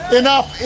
enough